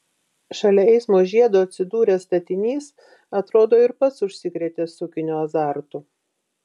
šalia eismo žiedo atsidūręs statinys atrodo ir pats užsikrėtė sukinio azartu